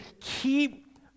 keep